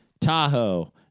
Tahoe